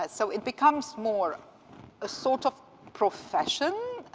ah so it becomes more a sort of profession.